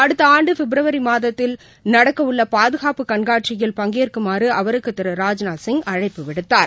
அடுத்த ஆண்டு பிப்ரவரி மாதத்தில் நடக்கவுள்ள பாதுகாப்பு கண்காட்சியில் பங்கேற்குமாறு அவருக்கு திரு ராஜநாத் சிங் அழைப்பு விடுத்தார்